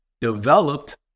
developed